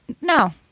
No